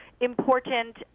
important